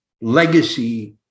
legacy